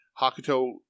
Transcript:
Hakuto